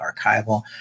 archival